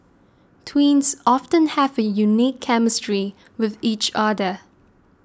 twins often have a unique chemistry with each other